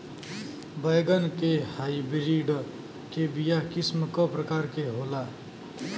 बैगन के हाइब्रिड के बीया किस्म क प्रकार के होला?